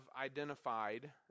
identified